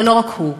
אבל לא רק הוא.